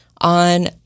on